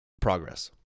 progress